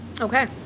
okay